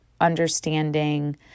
understanding